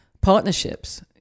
partnerships